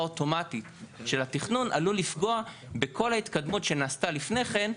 אוטומטית של התכנון עלול לפגוע בכל ההתקדמות שנעשתה לפני כן,